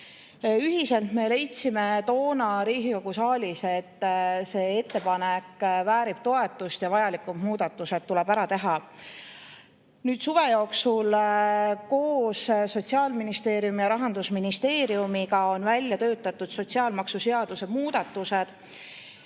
me leidsime toona Riigikogu saalis, et see ettepanek väärib toetust ja vajalikud muudatused tuleb ära teha. Nüüd suve jooksul on koos Sotsiaalministeeriumi ja Rahandusministeeriumiga välja töötatud sotsiaalmaksuseaduse muudatused.